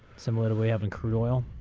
similar we have in crude oil.